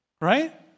Right